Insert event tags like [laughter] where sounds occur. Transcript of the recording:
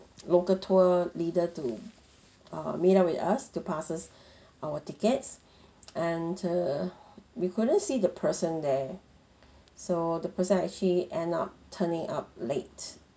[noise] local tour leader to uh meet up with us to passes [breath] our tickets and uh we couldn't see the person there so the person actually end up turning up late